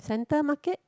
center market